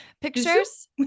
pictures